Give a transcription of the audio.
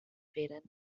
rädern